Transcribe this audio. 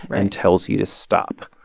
and tells you to stop.